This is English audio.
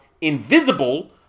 invisible